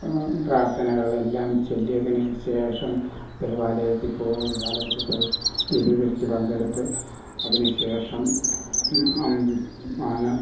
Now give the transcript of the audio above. പ്രാർത്ഥനകളെല്ലാം ചൊല്ലിയതിന് ശേഷം ദേവാലയത്തിൽ പോവും ദേവാലയത്തിൽ പോയി ദിവ്യബലിക്ക് പങ്കെടുത്ത് അതിനുശേഷം ആണ്